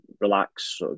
relax